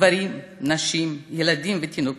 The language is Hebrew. גברים, נשים, ילדים ותינוקות,